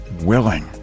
willing